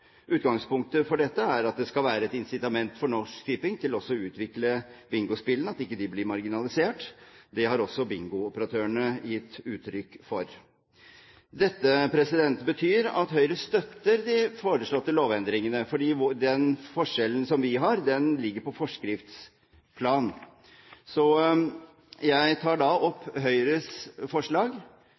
Utgangspunktet for dette er at det skal være et incitament for Norsk Tipping til også å utvikle bingospillene slik at ikke de blir marginalisert. Det har også bingooperatørene gitt uttrykk for. Dette betyr at Høyre støtter de foreslåtte lovendringene, fordi den forskjellen som vi har, ligger på forskriftsplan. Jeg tar da opp Høyres forslag,